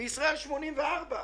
בישראל 84%,